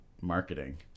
marketing